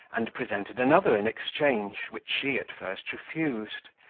and presented another in exchange, which she at first refused,